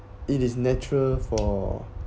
it is natural for